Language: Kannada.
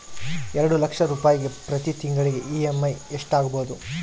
ಎರಡು ಲಕ್ಷ ರೂಪಾಯಿಗೆ ಪ್ರತಿ ತಿಂಗಳಿಗೆ ಇ.ಎಮ್.ಐ ಎಷ್ಟಾಗಬಹುದು?